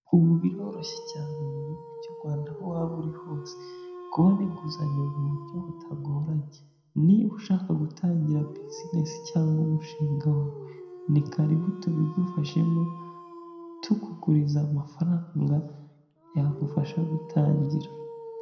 Ubu biroroshye cyane mu gihugu cy'u Rwanda aho waba uri hose kubona inguzanyo mu buryo butagoranye, niba ushaka gutangira business cyangwa umushinga wawe ni karibu tubigufashemo tukuguriza amafaranga yagufasha gutangira.